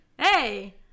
hey